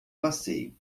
passeio